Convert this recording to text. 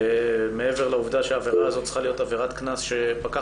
מעבר לעובדה שהעבירה הזו צריכה להיות עבירת קנס שפקח